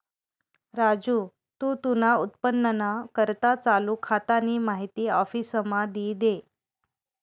राजू तू तुना उत्पन्नना करता चालू खातानी माहिती आफिसमा दी दे